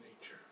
nature